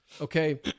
Okay